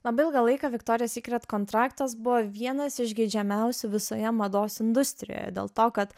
labai ilgą laiką viktorija sykret kontraktas buvo vienas iš geidžiamiausių visoje mados industrijoje dėl to kad